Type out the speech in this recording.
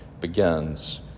begins